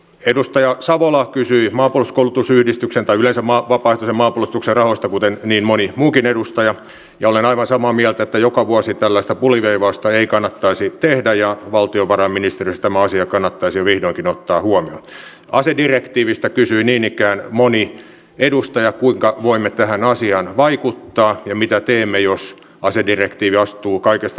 että tässä kunnalle käy helposti niin että kunta ei pysty mitenkään tähän vaikuttamaan ja siksi olenkin sitä mieltä että ministeriön tulisi nyt antaa maahanmuuttovirastolle ohjeistusta siitä että kunnalla säilyisivät joka tapauksessa riittävä itsemääräämisoikeus sekä vaikutusmahdollisuudet kunnan alueelle perustettavien yksityisten vastaanottokeskusten ja kuntaan tulevien turvapaikanhakijoiden määrän suhteen